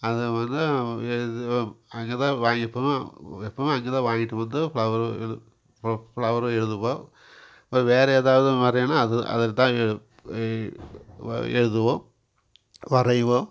அதை அங்கே தான் வாங்கிப்போம் எப்பவும் அங்கே தான் வாங்கிட்டு வந்து ஃப்ளவர் இது ஃப ஃப்ளவர் எழுதுவோம் வே வேறே ஏதாவது வரையுனா அது அதுக்குத்தான் இ இ வா எழுதுவோம் வரைவோம்